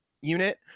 unit